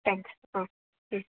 thanks ஆ ம்